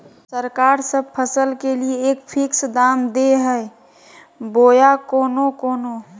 सरकार सब फसल के लिए एक फिक्स दाम दे है बोया कोनो कोनो?